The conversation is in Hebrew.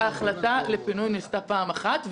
ההחלטה לפינוי נעשתה פעם אחת,